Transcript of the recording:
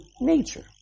nature